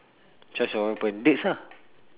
choice of weapon dates ah